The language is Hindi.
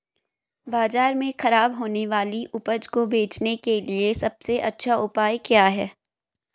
बाजार में खराब होने वाली उपज को बेचने के लिए सबसे अच्छा उपाय क्या है?